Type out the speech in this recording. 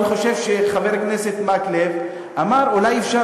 אני חושב שחבר הכנסת מקלב אמר: אולי אפשר